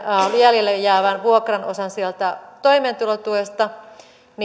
jäljelle jäävän vuokran osan sieltä toimeentulotuesta niin